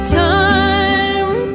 time